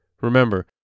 Remember